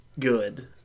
good